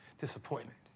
disappointment